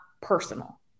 personal